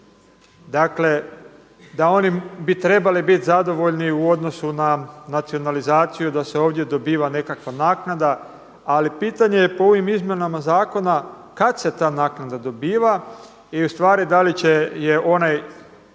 dakle da oni bi trebali biti zadovoljni u odnosu na nacionalizaciju, da se ovdje dobiva nekakva naknada. Ali pitanje je po ovim izmjenama zakona kada se ta naknada dobiva i ustvari da li će je onaj